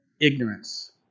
ignorance